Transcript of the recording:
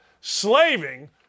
slaving